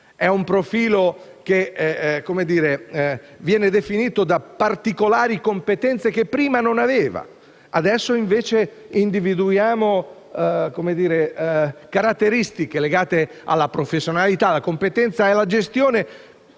definito e viene definito da particolari competenze che prima non aveva. Adesso invece individuiamo caratteristiche legate alla professionalità, alla competenza e alla gestione